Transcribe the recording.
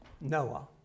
Noah